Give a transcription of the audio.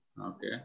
Okay